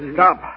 Stop